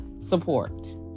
support